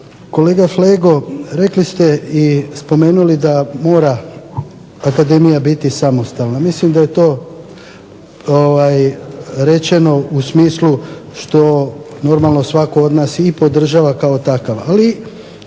Kolega Flego rekli ste i spomenuli da mora Akademija biti samostalna, mislim da je to rečeno u smislu što normalno svatko od nas podržava kao takav,